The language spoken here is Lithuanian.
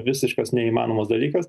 visiškas neįmanomas dalykas